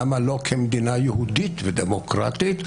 למה לא כמדינה יהודית ודמוקרטית?